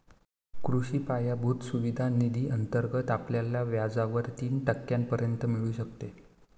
कृषी पायाभूत सुविधा निधी अंतर्गत आपल्याला व्याजावर तीन टक्क्यांपर्यंत मिळू शकते